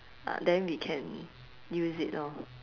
ah then we can use it lor